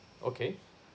okay